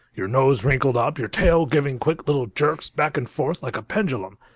your nose wrinkled up, your tail giving quick little jerks back and forth like a pendulum.